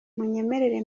munyemerere